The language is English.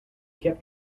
kept